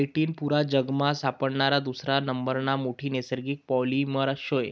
chitin पुरा जगमा सापडणारा दुसरा नंबरना मोठा नैसर्गिक पॉलिमर शे